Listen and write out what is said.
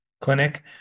clinic